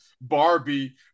Barbie